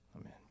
Amen